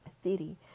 city